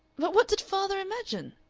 but what did father imagine?